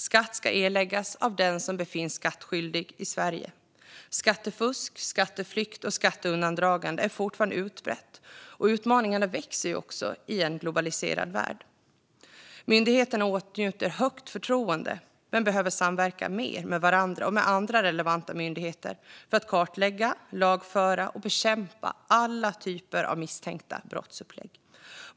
Skatt ska erläggas av den som befinns skattskyldig i Sverige. Skattefusk, skatteflykt och skatteundandragande är fortfarande utbrett. Utmaningarna växer också i en globaliserad värld. Myndigheterna åtnjuter högt förtroende men behöver samverka mer med varandra och med andra relevanta myndigheter för att kartlägga, lagföra och bekämpa alla typer av misstänkta brottsupplägg.